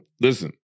listen